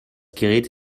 gerät